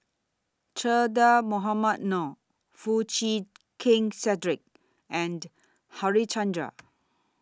Che Dah Mohamed Noor Foo Chee Keng Cedric and Harichandra